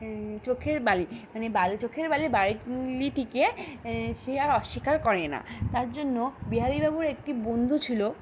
চোখের বালি মানে চোখের বালি বালিটিকে সে আর অস্বীকার করে না তার জন্য বিহারী বাবুর একটি বন্ধু ছিলো